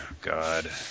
God